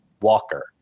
Walker